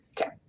Okay